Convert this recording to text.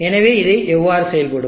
எனவே இது எவ்வாறு செயல்படும்